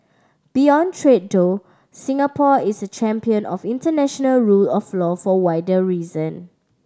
beyond trade though Singapore is a champion of international rule of law for wider reason